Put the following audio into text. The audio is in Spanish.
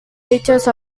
dichos